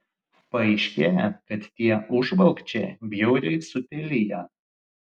paaiškėja kad tie užvalkčiai bjauriai supeliję